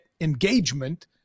engagement